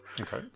Okay